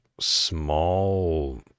small